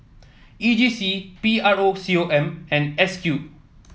E J C P R O C O M and S Q